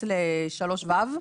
ל-3(ו)